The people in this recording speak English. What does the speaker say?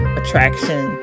attraction